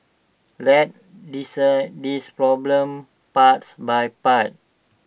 let's dissect this problem parts by part